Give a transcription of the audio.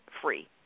free